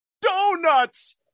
donuts